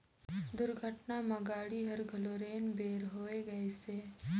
दुरघटना म गाड़ी हर घलो रेन बेर होए गइसे